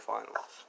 Finals